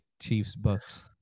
Chiefs-Bucks